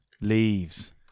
leaves